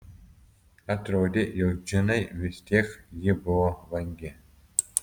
atrodė jog džinai vis tiek ji buvo vangi